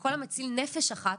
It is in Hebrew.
וכל המציל נפש אחת,